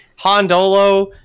Hondolo